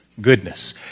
Goodness